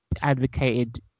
advocated